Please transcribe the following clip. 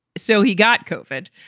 so he got covid.